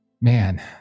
man